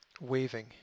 waving